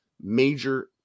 major